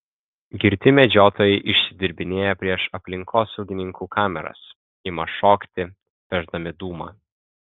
girti medžiotojai išsidirbinėja prieš aplinkosaugininkų kameras ima šokti pešdami dūmą